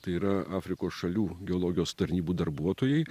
tai yra afrikos šalių geologijos tarnybų darbuotojai